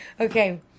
Okay